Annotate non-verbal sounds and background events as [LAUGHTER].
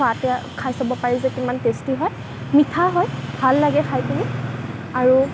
[UNINTELLIGIBLE] খাই চাব পাৰি যে কিমান টেষ্টি হয় মিঠা হয় ভাল লাগে খাই পেনি আৰু